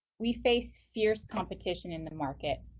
we face fierce competition in the market.